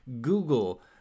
google